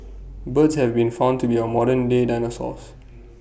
birds have been found to be our modern day dinosaurs